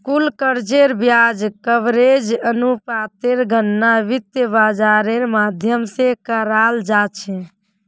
कुल कर्जेर ब्याज कवरेज अनुपातेर गणना वित्त बाजारेर माध्यम से कराल जा छे